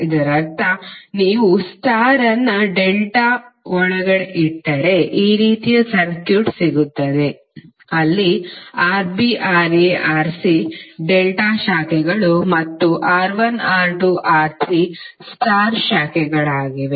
ಇದರರ್ಥ ನೀವು ಸ್ಟಾರ್ನ್ನು ಡೆಲ್ಟಾ ಒಳಗೆ ಇಟ್ಟರೆ ಈ ರೀತಿಯ ಸರ್ಕ್ಯೂಟ್ ಸಿಗುತ್ತದೆ ಅಲ್ಲಿ Rb Ra Rc ಡೆಲ್ಟಾ ಶಾಖೆಗಳು ಮತ್ತು R1 R2 R3 ಸ್ಟಾರ್ ಶಾಖೆಗಳಾಗಿವೆ